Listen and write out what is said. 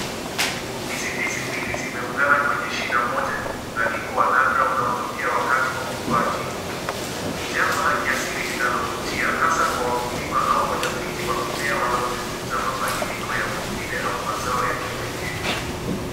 Hizi ndizi mbili zimeungana kwenye shina moja ni muunganiko wa ghafla unaotokea wakati wa ukuaji. Ni jambo la kiasili kinalovitia hasa kwa wakulima au watafiti wa mimea wanaochunguza mabadiliko ya maumbile au mazao ya kipekee.